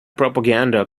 propaganda